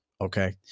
okay